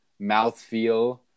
mouthfeel